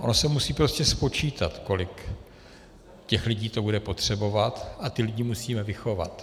Ono se musí prostě spočítat, kolik lidí to bude potřebovat, a ty lidi musíme vychovat.